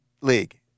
league